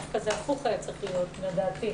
זה דווקא צריך להיות הפוך, לדעתי.